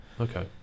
Okay